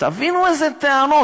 תבינו איזה טענות.